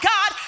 God